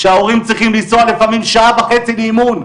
שההורים צריכים לנסוע לפעמים שעה וחצי לאימון,